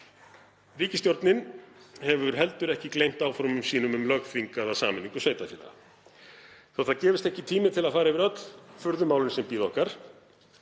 Ríkisstjórnin hefur heldur ekki gleymt áformum sínum um lögþvingaða sameiningu sveitarfélaga. Þótt ekki gefist tími til að fara yfir öll furðumálin sem bíða okkar